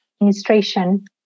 administration